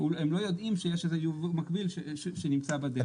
הם לא יודעים שיש איזה ייבוא מקביל שנמצא בדרך.